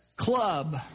club